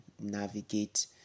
navigate